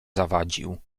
zawadził